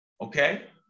Okay